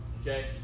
Okay